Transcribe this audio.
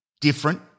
different